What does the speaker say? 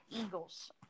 Eagles